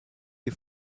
des